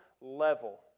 level